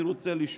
אני רוצה לשאול: